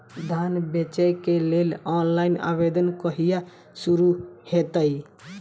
धान बेचै केँ लेल ऑनलाइन आवेदन कहिया शुरू हेतइ?